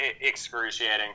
excruciating